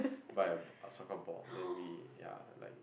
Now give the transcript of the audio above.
buy a a soccer ball then we yea like